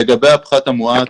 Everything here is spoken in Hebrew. לגבי הפחת המואץ.